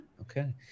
Okay